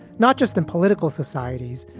not just in political societies,